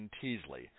Teasley